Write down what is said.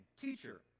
Teacher